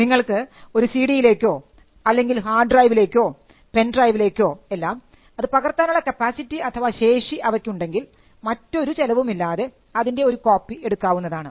നിങ്ങൾക്ക് ഒരു സിഡിയിലേക്കോ അല്ലെങ്കിൽ ഹാർഡ് ഡ്രൈവിലേക്കോ പെൻഡ്രൈവിലേക്കോ എല്ലാം അത് പകർത്താനുള്ള കപ്പാസിറ്റി അഥവാ ശേഷി അവയ്ക്കുണ്ടെങ്കിൽ മറ്റൊരു ചെലവുമില്ലാതെ അതിൻറെ ഒരു കോപ്പി എടുക്കാവുന്നതാണ്